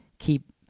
keep